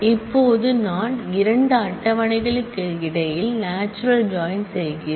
இப்போது நான் இரண்டு டேபிள் களுக்கு இடையில் நாச்சுரல் ஜாயின் செய்கிறேன்